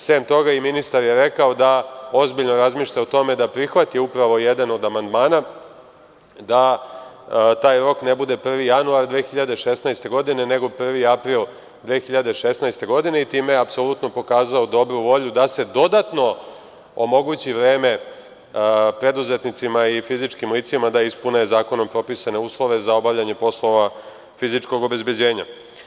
Osim toga, ministar je rekao da ozbiljno razmišlja o tome da prihvati upravo jedan od amandmana da taj rok ne bude 1. januar 2016. godine, nego 1. april 2016. godine, i time je apsolutno pokazao dobru volju da se dodatno omogući vreme preduzetnicima i fizičkim licima da ispune zakonom propisane uslove za obavljanje poslova fizičkog obezbeđenja.